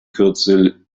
kürzel